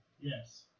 Yes